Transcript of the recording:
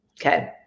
okay